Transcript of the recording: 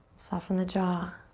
soften the jaw.